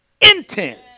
intent